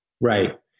Right